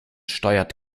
steuert